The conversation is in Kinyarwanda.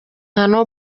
nka